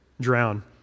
Drown